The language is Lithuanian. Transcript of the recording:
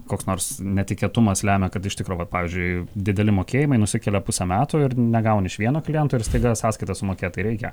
koks nors netikėtumas lemia kad iš tikro vat pavyzdžiui dideli mokėjimai nusikelia pusę metų ir negauni iš vieno kliento ir staiga sąskaitas sumokėt tai reikia